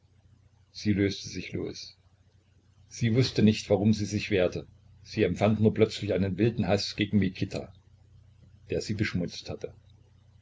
sie löste sich los sie wußte nicht warum sie sich wehrte sie empfand nur plötzlich einen wilden haß gegen mikita der sie beschmutzt hatte